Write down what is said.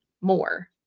more